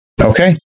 Okay